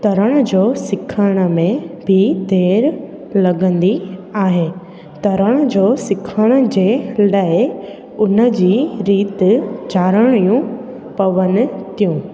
तरण जो सिखण में बि देरु लॻंदी आहे तरण जो सिखण जे लाइ उन जी रीति ॼाणणियूं पवनि थियूं